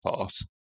pass